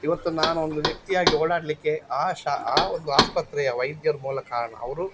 ಇವತ್ತು ನಾನೊಂದು ವ್ಯಕ್ತಿಯಾಗಿ ಓಡಾಡಲಿಕ್ಕೆ ಆ ಶಾ ಆ ಒಂದು ಆಸ್ಪತ್ರೆಯ ವೈದ್ಯರು ಮೂಲ ಕಾರಣ ಅವರು